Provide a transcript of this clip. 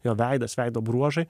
jo veidas veido bruožai